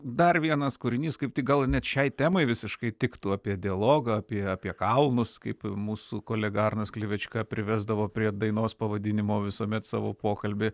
dar vienas kūrinys kaip tik gal net šiai temai visiškai tiktų apie dialogą apie apie kalnus kaip mūsų kolega arnas klevečka privesdavo prie dainos pavadinimo visuomet savo pokalbį